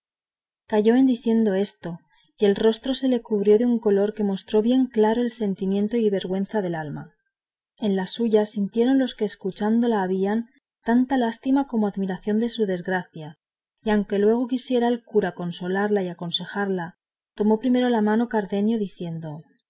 calló en diciendo esto y el rostro se le cubrió de un color que mostró bien claro el sentimiento y vergüenza del alma en las suyas sintieron los que escuchado la habían tanta lástima como admiración de su desgracia y aunque luego quisiera el cura consolarla y aconsejarla tomó primero la mano cardenio diciendo